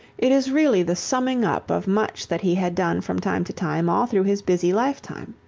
it is really the summing up of much that he had done from time to time all through his busy life time.